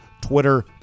twitter